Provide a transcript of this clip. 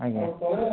ଆଜ୍ଞା